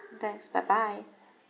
thanks bye bye